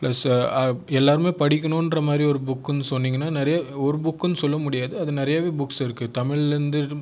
plus எல்லாருமே படிக்கணுங்ற மாதிரி ஒரு புக் வந்து சொன்னீங்கன்னால் ஒரு புக்குனு சொல்ல முடியாது அது நிறையவே புக்ஸ் இருக்குது தமிழேருந்து